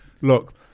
look